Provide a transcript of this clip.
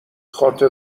خاطر